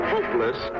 Hopeless